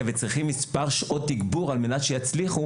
וצריכים מספר שעות תגבור על מנת להצליח.